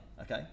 okay